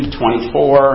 24